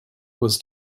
was